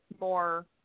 more